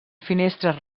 finestres